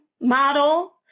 model